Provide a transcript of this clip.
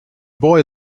boy